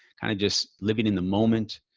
kind of just living in the moment.